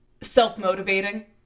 self-motivating